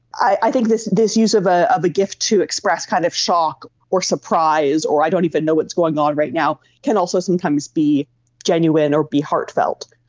i think this this use of ah of a gif to express kind of shock or surprise or i don't even know what's going on right now can also sometimes be genuine or be heartfelt.